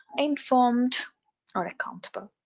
informed or accountable.